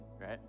right